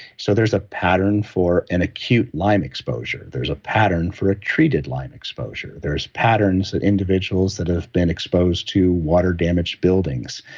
so, there's a pattern for an acute lyme exposure. there's a pattern for a treated lyme exposure. there's patterns of individuals that have been exposed to water damaged buildings.